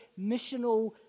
missional